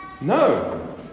No